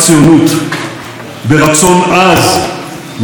ברצון עז להבטיח את נצח ישראל.